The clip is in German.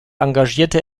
engagierte